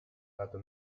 lato